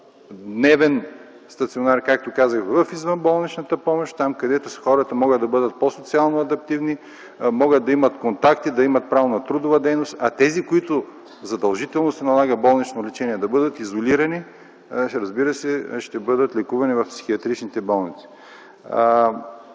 дневен стационар в извънболничната помощ, където хората могат да бъдат социално по-адаптивни, могат да имат контакти, да имат право на трудова дейност, а тези, на които задължително се налага болнично лечение, да бъдат изолирани, ще бъдат лекувани в психиатричните болници.